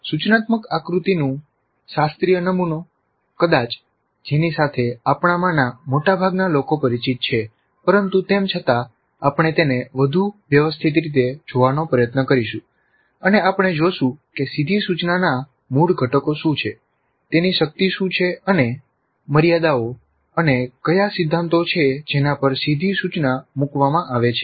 સૂચનાત્મક આકૃતિનું શાસ્ત્રીય નમુનો કદાચ જેની સાથે આપણામાંના મોટા ભાગના લોકો પરિચિત છે પરંતુ તેમ છતાં આપણે તેને વધુ વ્યવસ્થિત રીતે જોવાનો પ્રયત્ન કરીશું અને આપણે જોશું કે સીધી સૂચનાના મૂળ ઘટકો શું છે તેની શક્તિ શું છે અને મર્યાદાઓ અને કયા સિદ્ધાંતો છે જેના પર સીધી સૂચના મૂકવામાં આવે છે